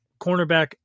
cornerback